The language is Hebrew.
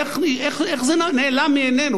איך זה נעלם מעינינו?